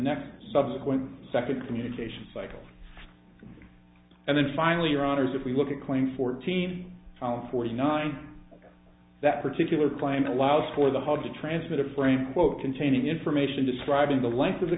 next subsequent second communication cycle and then finally your honour's if we look at claim fourteen forty nine that particular claim allows for the hub to transmit a frame quote containing information describing the length of the